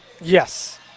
Yes